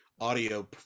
audio